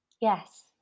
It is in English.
Yes